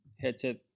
headset